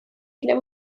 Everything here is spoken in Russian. для